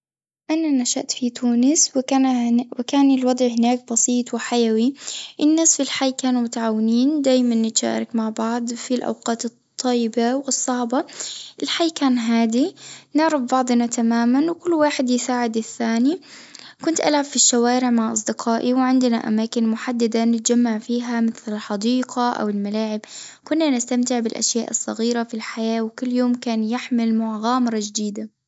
أنا نشأت في تونس وكان الوضع هناك بسيط وحيوي، الناس في الحي كانوا متعاونين دايمًا نتشارك مع بعض في الأوقات الطيبة والصعبة، الحي كان هادي، نعرف بعضنا تماما وكل واحد يساعد الثاني، كنت العب في الشوارع مع اصدقائي وعندنا اماكن محددة نتجمع فيها مثل الحديقة أو الملاعب، كنا نستمتع بالأشياء الصغيرة في الحياة، وكل يوم كان يحمل مغامرة جديدة.